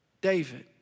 David